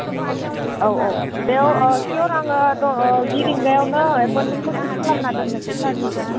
औ औ बेयाव अह सियर आङो द' अह जि रिंगायावनो एफइमेन्टखौ थि खालामना दोननोसै सारनिखो